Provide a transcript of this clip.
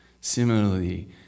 similarly